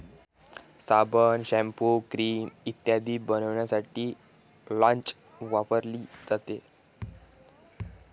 साबण, shampoo, cream इत्यादी बनवण्यासाठी लाच वापरली जाते